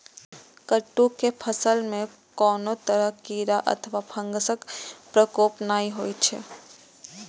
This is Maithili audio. कट्टू के फसल मे कोनो तरह कीड़ा अथवा फंगसक प्रकोप नहि होइ छै